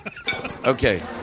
Okay